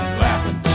laughing